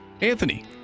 Anthony